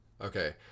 okay